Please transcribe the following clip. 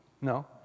no